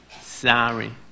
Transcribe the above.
Sorry